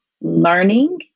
learning